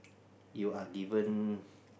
you are given